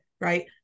right